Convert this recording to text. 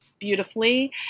beautifully